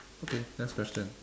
okay next question